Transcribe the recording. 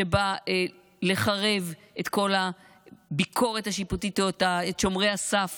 שבא לחרב את כל הביקורת השיפוטית או את שומרי הסף